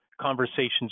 conversations